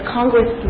Congress